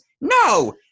no